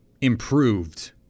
improved